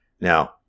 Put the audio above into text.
now